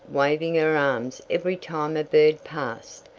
waving her arms every time a bird passed,